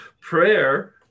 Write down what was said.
prayer